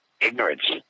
ignorance